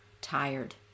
tired